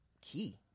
key